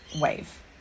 wave